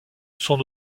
son